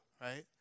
Right